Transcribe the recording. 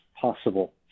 possible